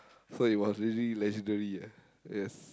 so it was easy legendary ah yes